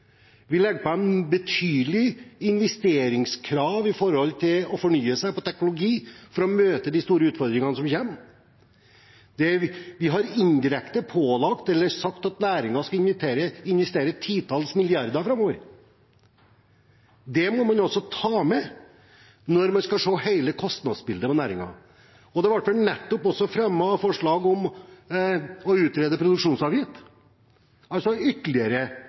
investeringskrav når det gjelder å fornye seg innen teknologi for å møte de store utfordringene som kommer, har vi indirekte pålagt næringen å investere titalls milliarder kroner framover. Det må man også ta med når man skal se hele kostnadsbildet for næringen. Det ble også nettopp fremmet forslag om å utrede en produksjonsavgift, altså ytterligere